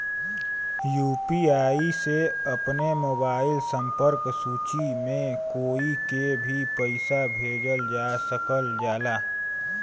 UPI से अपने mobile संपर्क सूची में कोई के भी पइसा भेजल जा सकल जाला